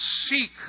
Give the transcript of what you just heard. seek